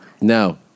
no